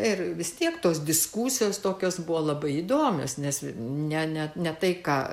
ir vis tiek tos diskusijos tokios buvo labai įdomios nes ne ne ne tai ką